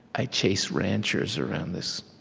i chase ranchers around this.